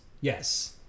Yes